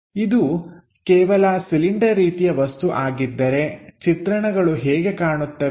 ಇದು ಕೇವಲ ಸಿಲಿಂಡರ್ ರೀತಿಯ ವಸ್ತು ಆಗಿದ್ದರೆ ಚಿತ್ರಣಗಳು ಹೇಗೆ ಕಾಣುತ್ತವೆ